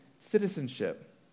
citizenship